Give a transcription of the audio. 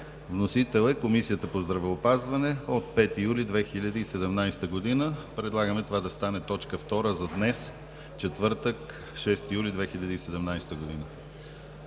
Вносител е Комисията по здравеопазването на 5 юли 2017 г. Предлагаме това да стане точка втора за днес, четвъртък, 6 юли 2017 г.